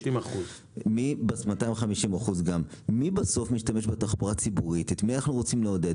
250%. צריך לזכור את מי אנחנו רוצים לעודד,